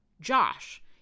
josh